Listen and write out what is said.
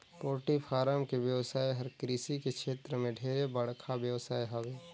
poultry farm के बेवसाय हर कृषि के छेत्र में ढेरे बड़खा बेवसाय हवे